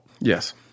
Yes